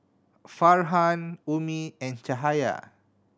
Farhan Ummi and Cahaya